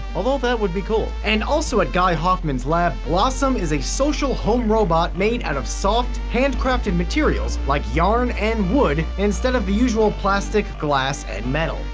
although that would be cool. and also at guy hoffman's lab, blossom is a social home robot made out of soft, handcrafted materials like yarn and wood instead of the usual plastic, glass and metal.